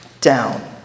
down